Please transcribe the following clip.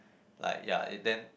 like ya it then